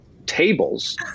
Tables